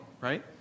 right